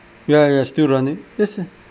ya ya still running this